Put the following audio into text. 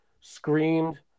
screamed